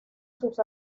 sus